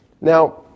Now